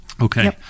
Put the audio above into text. Okay